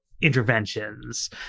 interventions